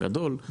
גדול,